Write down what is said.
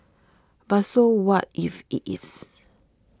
but so what if it is